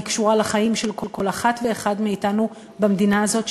היא קשורה לחיים של כל אחת ואחד מאתנו במדינה הזאת,